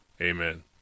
Amen